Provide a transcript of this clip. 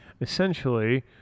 essentially